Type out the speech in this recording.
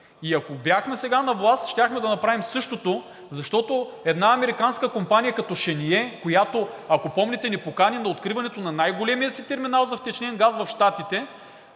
И ако бяхме сега на власт, щяхме да направим същото, защото една американска компания като „Шение“, която, ако помните, ни покани на откриването на най-големия си терминал за втечнен газ в Щатите,